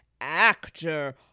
actor